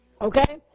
Okay